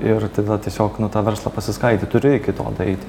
ir tada tiesiog nu tą verslą pasiskaidyt turi iki to daeiti